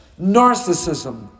Narcissism